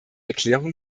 erklärung